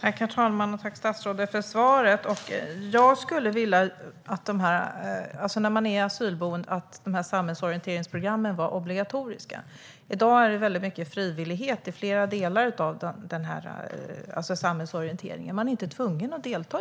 Herr talman! Tack, statsrådet, för svaret! Jag skulle vilja att samhällsorienteringsprogrammen var obligatoriska på asylboendena. I dag handlar det mycket om frivillighet i olika delar av samhällsorienteringen. Man är inte tvungen att delta.